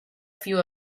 few